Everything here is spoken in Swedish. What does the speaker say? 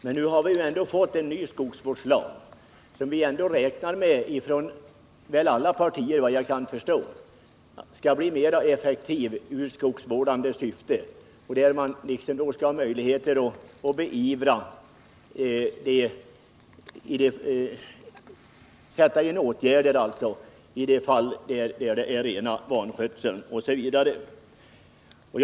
Men vi har ju fått en ny skogsvårdslag som vi från alla partier, vad jag kan förstå, räknar med skall bli effektiv i skogsvårdande syfte. Genom den lagen skall man kunna sätta in åtgärder i de fall där det t.ex. är fråga om ren vanskötsel.